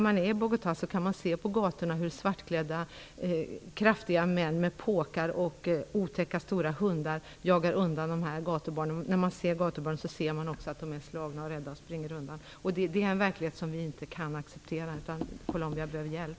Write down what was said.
I Bogotá kan man se på gatorna hur svartklädda kraftiga män med påkar och otäcka stora hundar jagar undan gatubarnen. Man kan också se att gatubarnen är slagna och rädda. De springer undan. Detta är en verklighet som vi inte kan acceptera. Colombia behöver hjälp.